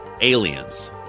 Aliens